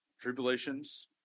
tribulations